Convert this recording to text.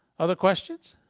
other questions?